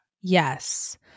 Yes